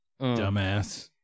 Dumbass